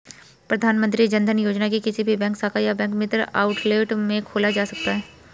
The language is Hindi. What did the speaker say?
प्रधानमंत्री जनधन योजना किसी भी बैंक शाखा या बैंक मित्र आउटलेट में खोला जा सकता है